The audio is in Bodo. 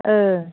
औ